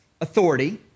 authority